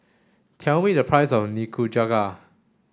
tell me the price of Nikujaga